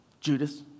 Judas